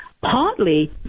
Partly